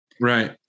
Right